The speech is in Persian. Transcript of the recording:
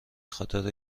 خاطر